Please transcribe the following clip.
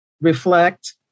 reflect